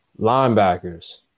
Linebackers